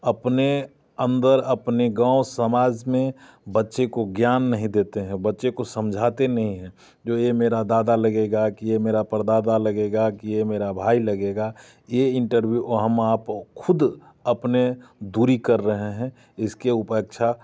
अपने अंदर अपने गाँव समाज में बच्चे को ज्ञान नहीं देते हैं बच्चे को समझाते नहीं है जो ये मेरा दादा लगेगा कि ये मेरा परदादा लगेगा कि ये मेरा भाई लगेगा ये इंटरव्यूह हम आपको खुद अपने दूरी कर रहे हैं इसके उपेक्षा